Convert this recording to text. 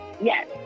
Yes